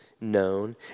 Known